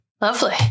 Lovely